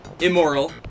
Immoral